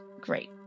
great